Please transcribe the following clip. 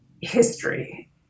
history